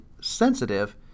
sensitive